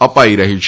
અપાઈ રહી છે